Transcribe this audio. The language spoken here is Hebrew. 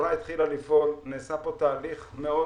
החברה התחילה לפעול ונעשה פה תהליך מאוד